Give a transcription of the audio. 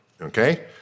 okay